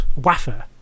Waffer